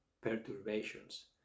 perturbations